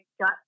got